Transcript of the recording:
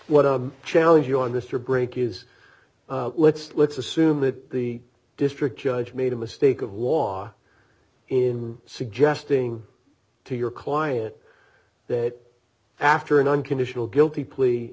what a challenge you on this or break is let's let's assume that the district judge made a mistake of law in suggesting to your client that after an unconditional guilty plea